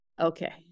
okay